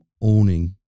owning